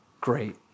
Great